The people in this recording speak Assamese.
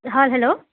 হয় হেল্ল'